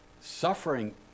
suffering